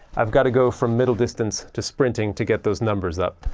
i've got to go from middle distance to sprinting to get those numbers up.